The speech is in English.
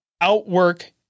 Outwork